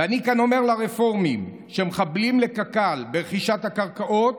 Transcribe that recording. ואני כאן אומר לרפורמים שמחבלים לקק"ל ברכישת הקרקעות